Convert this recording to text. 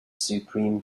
supreme